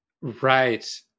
Right